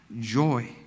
joy